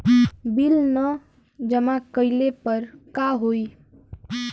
Bill न जमा कइले पर का होई?